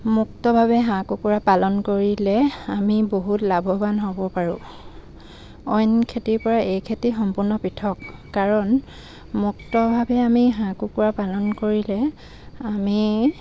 মুক্তভাৱে হাঁহ কুকুৰা পালন কৰিলে আমি বহুত লাভৱান হ'ব পাৰোঁ অইন খেতিৰপৰা এই খেতি সম্পূৰ্ণ পৃথক কাৰণ মুক্তভাৱে আমি হাঁহ কুকুৰা পালন কৰিলে আমি